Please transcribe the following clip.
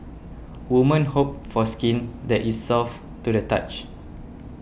women hope for skin that is soft to the touch